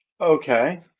Okay